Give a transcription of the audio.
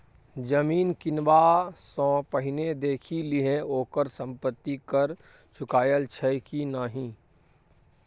जमीन किनबा सँ पहिने देखि लिहें ओकर संपत्ति कर चुकायल छै कि नहि?